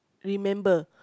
remember